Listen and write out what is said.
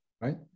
right